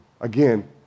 again